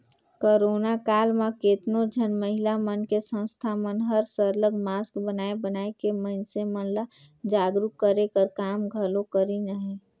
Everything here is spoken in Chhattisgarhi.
करोना काल म केतनो झन महिला मन के संस्था मन हर सरलग मास्क बनाए बनाए के मइनसे मन ल जागरूक करे कर काम घलो करिन अहें